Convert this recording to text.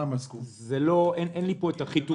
אין לי פה החיתוך.